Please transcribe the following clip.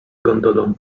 gondolą